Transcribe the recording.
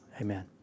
amen